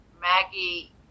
Maggie